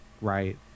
right